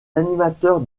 animateurs